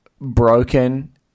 broken